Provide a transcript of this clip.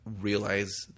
realize